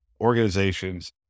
organizations